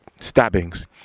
stabbings